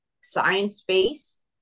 science-based